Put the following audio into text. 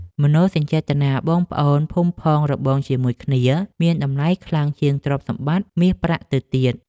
មនោសញ្ចេតនាបងប្អូនភូមិផងរបងជាមួយគ្នាមានតម្លៃខ្លាំងជាងទ្រព្យសម្បត្តិមាសប្រាក់ទៅទៀត។